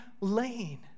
lane